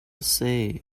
say